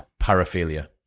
paraphilia